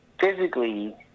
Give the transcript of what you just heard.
physically